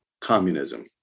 communism